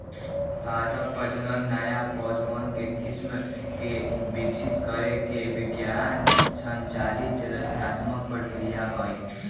पादप प्रजनन नया पौधवन के किस्म के विकसित करे के विज्ञान संचालित रचनात्मक प्रक्रिया हई